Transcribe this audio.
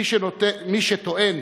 מי שטוען